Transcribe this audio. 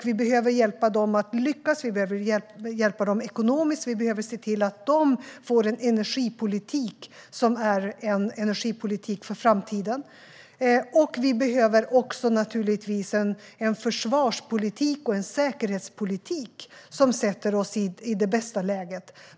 Vi behöver hjälpa dem att lyckas och hjälpa dem ekonomiskt. Vi behöver se till att de får en energipolitik som är en energipolitik för framtiden. Vi behöver också en försvarspolitik och säkerhetspolitik som sätter oss i det bästa läget.